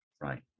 Right